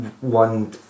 One